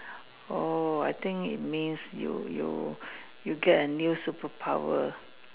oh I think it means you you you get a new superpower